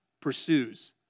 pursues